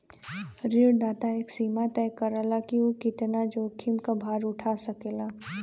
ऋणदाता एक सीमा तय करला कि उ कितना जोखिम क भार उठा सकेला